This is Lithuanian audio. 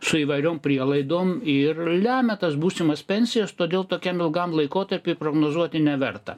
su įvairiom prielaidom ir lemia tas būsimas pensijas todėl tokiam ilgam laikotarpiui prognozuoti neverta